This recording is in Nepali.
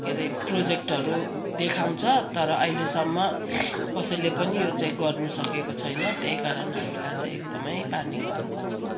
के रे प्रोजेक्टहरू देखाउँछ तर अहिलेसम्म कसैले पनि यो चाहिँ गर्नु सकेको छैन त्यहीकारण हामीलाई चाहिँ एकदमै पानीको दुःख छ